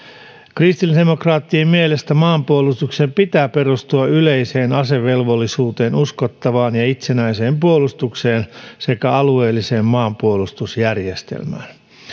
kristillisdemokraattien mielestä maanpuolustuksen pitää perustua yleiseen asevelvollisuuteen uskottavaan ja itsenäiseen puolustukseen sekä alueelliseen maanpuolustusjärjestelmään